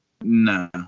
No